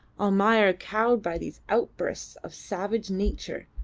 almayer, cowed by these outbursts of savage nature,